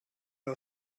are